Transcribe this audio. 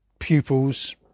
pupils